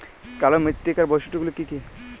কালো মৃত্তিকার বৈশিষ্ট্য গুলি কি কি?